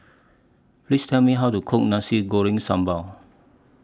Please Tell Me How to Cook Nasi Goreng Sambal